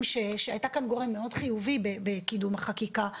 שהייתה כאן גורם מאוד חיובי בקידום החקיקה,